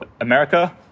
america